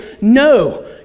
no